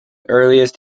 earliest